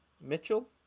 Mitchell